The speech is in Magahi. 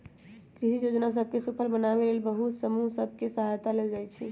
कृषि जोजना सभ के सूफल बनाबे लेल बहुते समूह सभ के सहायता लेल जाइ छइ